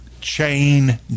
chain